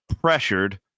pressured